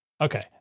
Okay